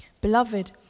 beloved